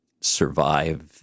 survive